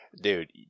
Dude